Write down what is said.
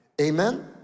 Amen